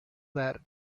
that